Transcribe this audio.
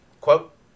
quote